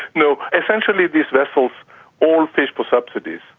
no, essentially these vessels all fish for subsidies.